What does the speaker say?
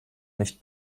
nicht